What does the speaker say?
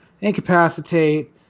incapacitate